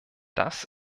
das